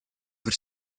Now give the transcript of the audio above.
aver